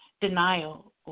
denial